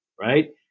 Right